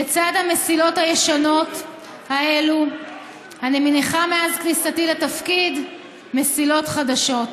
לצד המסילות הישנות האלו אני מניחה מאז כניסתי לתפקיד מסילות חדשות,